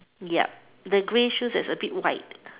yup the grey shoes there's a bit white